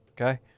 Okay